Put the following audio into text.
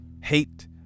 hate